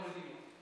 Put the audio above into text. לא מורידים אותו.